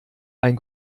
ein